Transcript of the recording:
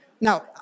Now